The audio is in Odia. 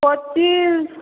ପଚିଶ